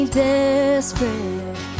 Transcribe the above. desperate